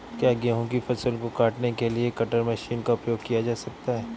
क्या गेहूँ की फसल को काटने के लिए कटर मशीन का उपयोग किया जा सकता है?